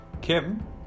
Kim